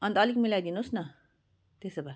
अन्त अलिक मिलाइदिनुहोस् न त्यसो भए